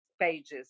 pages